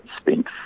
Spent